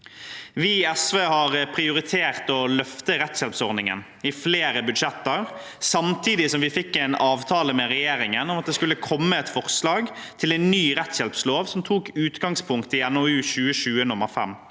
Vi i SV har prioritert å løfte rettshjelpsordningen i flere budsjetter, samtidig som vi fikk en avtale med regjeringen om at det skulle komme et forslag til ny rettshjelpslov som tok utgangspunkt i NOU 2020: 5.